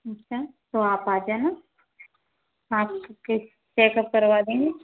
अच्छा तो आप आ जाना हाँ चेकअप करवा देंगे